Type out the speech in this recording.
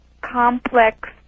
complex